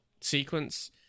sequence